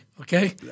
okay